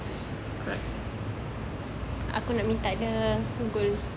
right